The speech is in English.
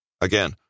Again